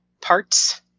parts